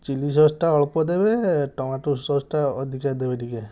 chilli ସସ୍ଟା ଅଳ୍ପ ଦେବେ ଟମାଟୋ ସସ୍ଟା ଅଧିକା ଦେବେ ଟିକେ